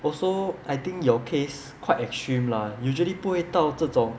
also I think your case quite extreme lah usually 不会到这种